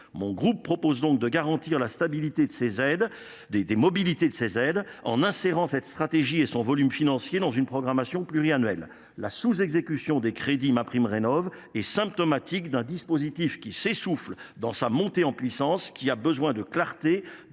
Mon groupe propose donc de garantir la stabilité des modalités de ces aides en insérant cette stratégie et son volume financier dans une programmation pluriannuelle. La sous exécution des crédits de MaPrimeRénov’ est symptomatique d’un dispositif qui s’essouffle dans sa montée en puissance, qui a besoin de clarté,